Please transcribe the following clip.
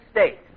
state